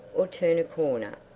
or turn a corner,